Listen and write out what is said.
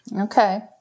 Okay